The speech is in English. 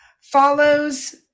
follows